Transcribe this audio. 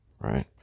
Right